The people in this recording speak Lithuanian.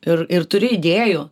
ir ir turi idėjų